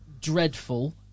dreadful